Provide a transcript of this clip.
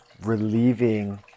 relieving